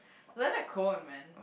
like it cone man